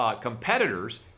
competitors